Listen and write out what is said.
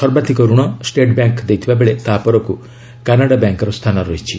ସର୍ବାଧିକ ଋଣ state bank ଦେଇଥିବାବେଳେ ତାହା ପରକୁ କାନାଡ଼ା ବ୍ୟାଙ୍କ୍ର ସ୍ଥାନ ରହିଛି